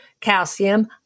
calcium